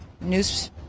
news